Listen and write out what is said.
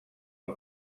amb